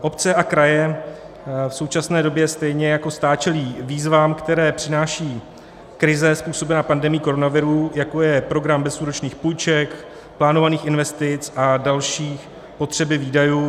Obce a kraje v současné době stejně jako stát čelí výzvám, které přináší krize způsobená pandemií koronaviru, jako je program bezúročných půjček, plánovaných investic a další potřeby výdajů.